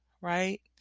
Right